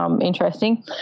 Interesting